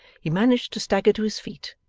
he managed to stagger to his feet,